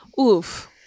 oof